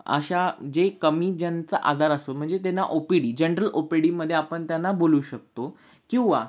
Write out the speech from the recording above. अशा जे कमी ज्यांचा आजार असतो म्हणजे त्यांना O P D general O P डीमध्ये आपण त्यांना बोलवू शकतो किंवा